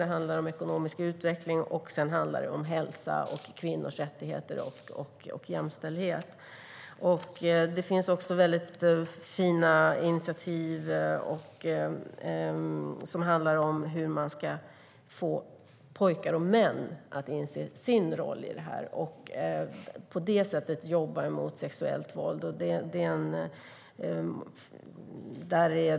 Det handlar om ekonomisk utveckling. Sedan handlar det om hälsa, kvinnors rättigheter och jämställdhet. Det finns också väldigt fina initiativ som handlar om hur man ska få pojkar och män att inse sin roll i det här. Det handlar om att på det sättet jobba mot sexuellt våld.